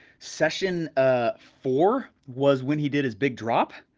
session ah four was when he did his big drop,